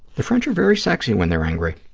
the french are very sexy when they're angry.